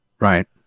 Right